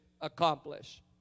accomplish